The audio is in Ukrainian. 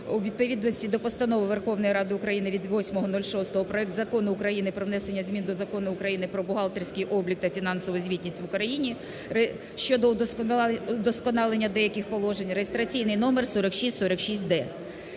у відповідності до Постанови Верховної Ради України від 8.06, проект Закону про внесення змін до Закону України "Про бухгалтерський облік та фінансову звітність в Україні" (щодо удосконалення деяких положень)(реєстраційний номер 4646-д).